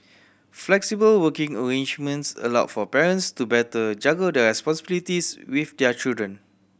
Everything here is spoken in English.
flexible working arrangements allowed for parents to better juggle their responsibilities with their children